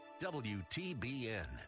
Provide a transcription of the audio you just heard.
WTBN